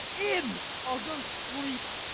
in i ll go sleep.